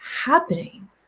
happening